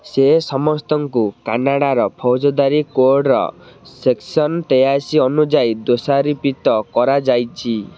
ସେ ସମସ୍ତଙ୍କୁ କାନାଡ଼ାର ଫୌଜଦାରୀ କୋଡ଼୍ର ସେକ୍ସନ୍ ତେୟାଅଶୀ ଅନୁଯାୟୀ ଦୋଷାରୋପିତ କରାଯାଇଛି